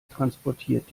transportiert